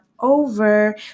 over